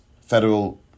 federal